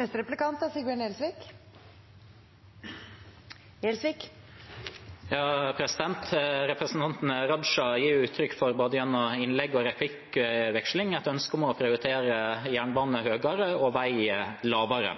Representanten Raja gir uttrykk for både gjennom innlegg og replikkveksling et ønske om å prioritere jernbane høyere og vei lavere.